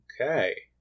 Okay